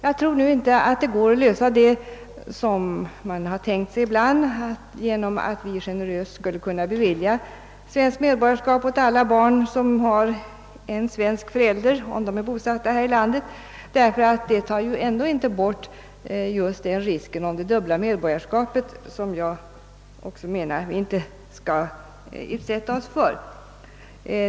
Jag tror nu inte att det går att lösa problemet så som man ibland tänkt sig, genom att vi generöst skulle kunna bevilja svenskt medborgarskap åt alla barn som har en svensk förälder och som är bosatta här i landet, ty detta skulle ändå inte undanröja risken med det dubbla medborgarskapet, som jag anser att vi inte skall utsätta barnen för.